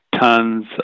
tons